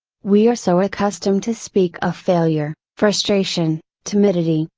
we are so accustomed to speak of failure, frustration, timidity,